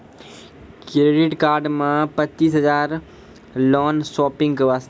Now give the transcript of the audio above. Credit card मे पचीस हजार हजार लोन शॉपिंग वस्ते?